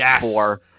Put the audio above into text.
four